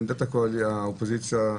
עמדת האופוזיציה,